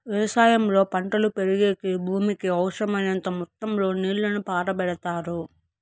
వ్యవసాయంలో పంటలు పెరిగేకి భూమికి అవసరమైనంత మొత్తం లో నీళ్ళను పారబెడతారు